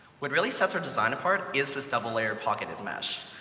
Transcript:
what really sets our design apart is this double-layer pocketed mesh.